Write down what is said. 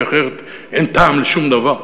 כי אחרת אין טעם לשום דבר.